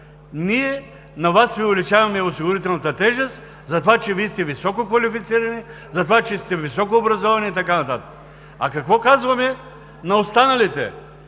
ние на Вас Ви увеличаваме осигурителната тежест, затова че Вие сте висококвалифицирани, затова че сте високообразовани и така нататък. А какво казваме на останалите: